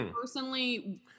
personally